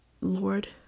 Lord